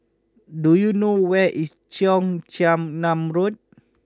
do you know where is Cheong Chin Nam Road